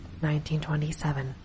1927